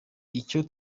icyo